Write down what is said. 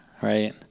right